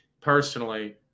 personally